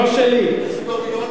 לא שלי, היסטוריון גדול.